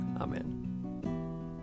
Amen